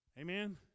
Amen